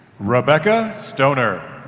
rebecca stoner